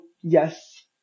yes